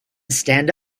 stand